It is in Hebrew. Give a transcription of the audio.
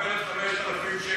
מקבלת 5,000 שקל פנסיה.